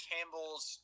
Campbell's